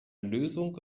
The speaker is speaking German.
lösung